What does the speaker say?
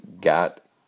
got